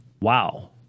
Wow